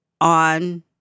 on